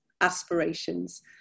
aspirations